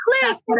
Cliff